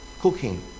cooking